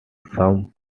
some